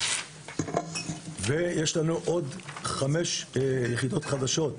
יש לנו עוד חמש יחידות חדשות,